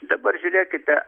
dabar žiūrėkite